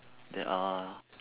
there are